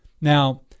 Now